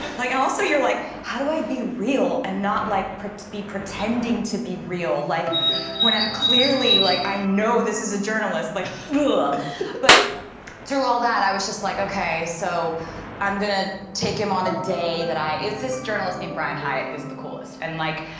like and also you're like how do i be real and not like be pretending to be real like when i'm clearly like i know this is a journalist like lula but through all that i was just like, okay so i'm gonna take him on a day that i is this journalist named brian hyatt who's the coolest and like